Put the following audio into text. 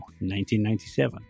1997